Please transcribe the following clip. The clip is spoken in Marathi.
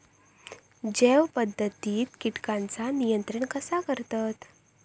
जैव पध्दतीत किटकांचा नियंत्रण कसा करतत?